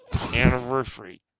anniversary